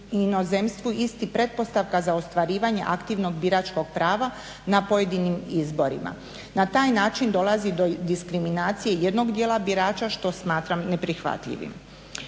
inozemstvu isti pretpostavka za ostvarivanje aktivnog biračkog prava na pojedinim izborima. Na taj način dolazi do diskriminacije jednog dijela birača što smatram neprihvatljivim.